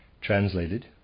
translated